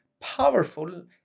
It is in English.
powerful